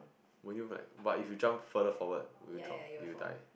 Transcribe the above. would you like but if you jump further forward would you drunk do you die